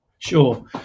sure